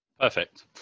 Perfect